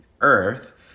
Earth